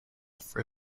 for